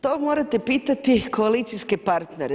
To morate pitati koalicijske partnere.